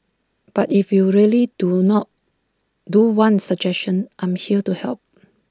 but if you really do not do want suggestions I am here to help